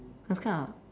those kind of